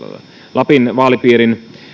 lapin vaalipiirin